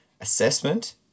assessment